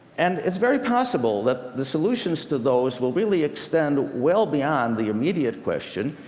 and it's very possible that the solutions to those will really extend well beyond the immediate question.